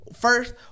first